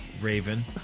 Raven